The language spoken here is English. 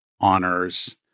honors